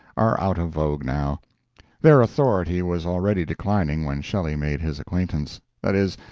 are out of vogue now their authority was already declining when shelley made his acquaintance that is,